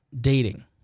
dating